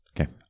Okay